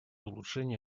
улучшения